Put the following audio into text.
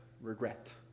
Regret